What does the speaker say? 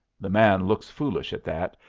the man looks foolish at that,